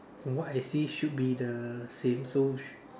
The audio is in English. from what I see should be the same so sh~